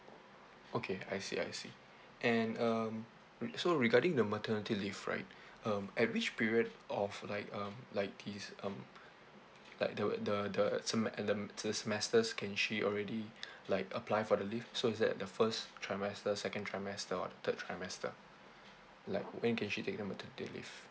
okay I see I see and um re~ so regarding the maternity leave right um at which period of like um like this um like the the the seme~ the trimesters can she already like apply for the leave so is that the first trimester second trimester or the third trimester like when can she take the maternity leave